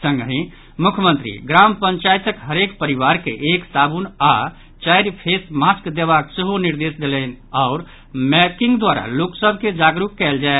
संगहि मुख्यमंत्री ग्राम पंचायतक हरेक परिवार के एक साबुन आ चारि फेस मास्क देबाक सेहो निर्देश देलनि आओर मैकिंग द्वारा लोक सभ के जागरूक कयल जाय